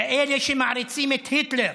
כאלה שמעריצים את היטלר,